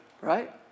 right